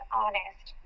honest